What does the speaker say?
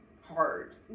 hard